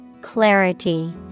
Clarity